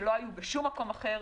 שלא היו בשום מקום אחר,